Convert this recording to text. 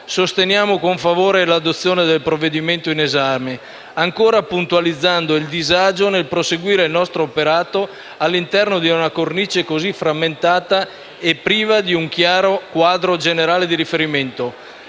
sosteniamo con favore l'adozione del provvedimento in esame, ancora puntualizzando il disagio nel proseguire il nostro operato all'interno di una cornice così frammentata e priva di un chiaro quadro generale di riferimento,